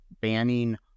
banning